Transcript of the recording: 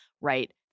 right